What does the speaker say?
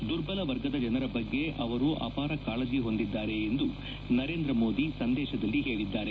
ದುರ್ಬಲ ವರ್ಗದ ಜನರ ಬಗ್ಗೆ ಅವರು ಅಪಾರ ಕಾಳಜಿ ಹೊಂದಿದ್ದಾರೆ ಎಂದು ನರೇಂದ್ರಮೋದಿ ಸಂದೇಶದಲ್ಲಿ ಹೇಳಿದ್ದಾರೆ